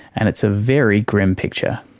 and it's a very grim picture.